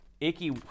Icky